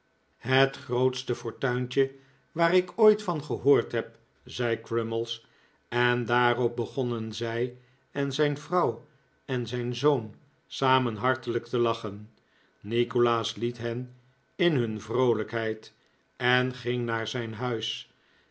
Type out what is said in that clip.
het grootste fortuintje waar ik ooit van gehoord heb zei crummies en daarop begonnen hij zijn vrouw en zijn zoon samen hartelijk te lachen nikolaas liet hen in hun vroolijkheid en ging naar zijn huis